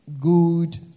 good